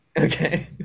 Okay